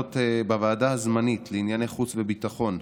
בוועדה הזמנית לענייני חוץ וביטחון,